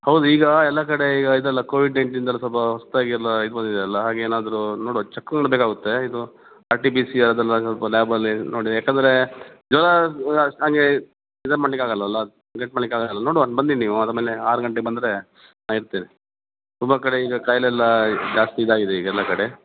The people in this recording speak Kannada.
ಹೌದು ಈಗ ಎಲ್ಲ ಕಡೆ ಈಗ ಇದೆಲ್ಲ ಕೋವಿಡ್ ನೈನ್ಟಿಂದೆಲ್ಲ ಸ್ವಲ್ಪ ಹೊಸದಾಗಿ ಎಲ್ಲ ಇದುಬಂದಿದೆ ಎಲ್ಲ ಹಾಗೆ ಏನಾದರು ನೋಡುವ ಚಕ್ ನೋಡ್ದಾಗ ಆಗುತ್ತೆ ಇದು ಆರ್ ಟಿ ಬಿ ಸಿ ಅದೆಲ್ಲ ಸ್ವಲ್ಪ ಲ್ಯಾಬಲ್ಲಿ ನೋಡಿ ಯಾಕಂದರೆ ಜ್ವರ ಅಷ್ಟು ಹಂಗೆ ಇದು ಮಾಡ್ಲಿಕ್ಕೆ ಆಗಲ್ಲವಲ್ಲ ನೋಡುವ ಬನ್ನಿ ನೀವು ಆದ ಮೇಲೆ ಆರು ಗಂಟೆ ಬಂದರೆ ನಾ ಇರ್ತೀನಿ ತುಂಬ ಕಡೆ ಈಗ ಕಾಯಿಲೆ ಎಲ್ಲ ಜಾಸ್ತಿ ಇದಾಗಿದೆ ಈಗ ಎಲ್ಲ ಕಡೆ